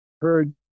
heard